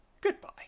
Goodbye